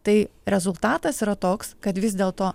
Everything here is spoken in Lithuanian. tai rezultatas yra toks kad vis dėl to